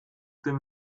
dem